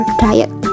diet